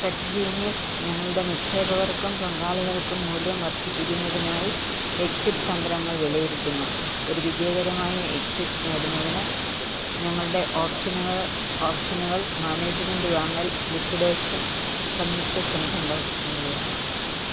tech genius ഞങ്ങളുടെ നിക്ഷേപകർക്കും പങ്കാളികൾക്കും മൂല്യം വർദ്ധിപ്പിക്കുന്നതിനായി എക്സിറ്റ് തന്ത്രങ്ങൾ വിലയിരുത്തുന്നു ഒരു വിജയകരമായ എക്സിറ്റ് നേടുന്നതിന് ഞങ്ങളുടെ ഓപ്ഷനുകൾ ഓപ്ഷനുകൾ മാനേജ്മെൻറ്റ് വാങ്ങൽ ലിക്വിഡേഷൻ സംയുക്ത സംരംഭം എന്നിവയാണ്